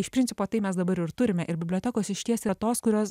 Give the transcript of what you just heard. iš principo tai mes dabar ir turime ir bibliotekos išties yra tos kurios